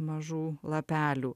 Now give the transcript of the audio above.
mažų lapelių